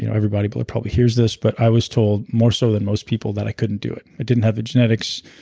you know everybody but probably hears this but i was told more so than most people that i couldn't do it. i didn't have the genetics.